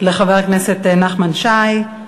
לחבר הכנסת נחמן שי.